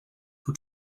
who